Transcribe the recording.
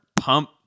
pump